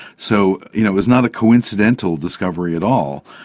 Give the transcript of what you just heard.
so you know it was not a coincidental discovery at all,